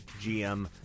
GM